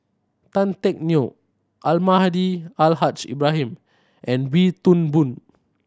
Tan Teck Neo Almahdi Al Haj Ibrahim and Wee Toon Boon